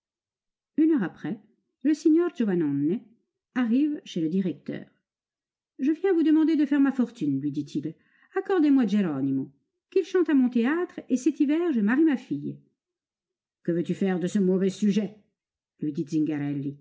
une heure après le signor giovannone arrive chez le directeur je viens vous demander de faire ma fortune lui dit-il accordez-moi geronimo qu'il chante à mon théâtre et cet hiver je marie ma fille que veux-tu faire de ce mauvais sujet lui dit